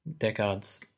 Deckard's